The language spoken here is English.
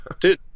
dude